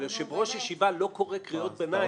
אבל יושב-ראש ישיבה לא קורא קריאות ביניים.